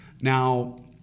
Now